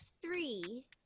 three